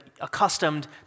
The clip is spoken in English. accustomed